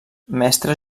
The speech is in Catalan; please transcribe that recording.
mestre